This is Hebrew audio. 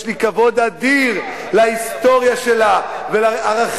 יש לי כבוד אדיר להיסטוריה שלה ולערכים